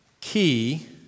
key